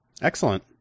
Excellent